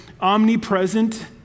omnipresent